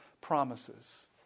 promises